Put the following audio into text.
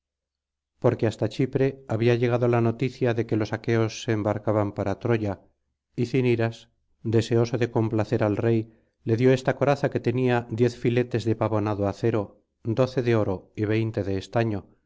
porque hasta chipre había llegado la noticia de que los aqueos se embarcaban para troya y ciniras deseoso de complacer al rey le dio esta coraza que tenía diez filetes de pavonado acero doce de oro y veinte de estaño